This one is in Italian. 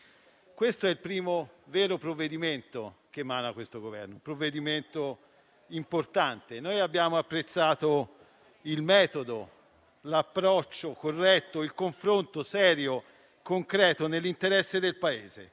esame è il primo vero provvedimento che emana questo Governo. Si tratta di un provvedimento importante. Abbiamo apprezzato il metodo, l'approccio corretto, il confronto serio e concreto nell'interesse del Paese.